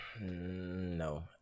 No